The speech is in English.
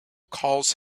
calls